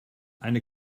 eine